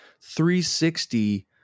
360